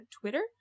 Twitter